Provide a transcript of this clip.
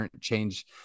change